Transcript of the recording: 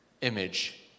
image